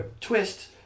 Twist